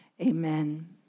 Amen